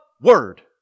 Word